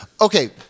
Okay